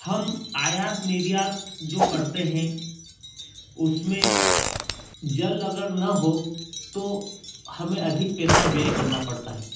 हम आयात निर्यात जो करते हैं उसमें जल अगर न हो तो हमें अधिक पैसा व्यय करना पड़ता है